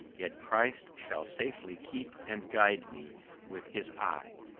yet christ shall safely keep and guide me with his eye.